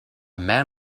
man